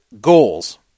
Goals